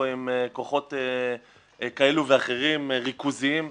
עם כוחות כאלה ואחרים ריכוזיים בשוק.